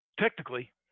technically